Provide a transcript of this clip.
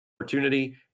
opportunity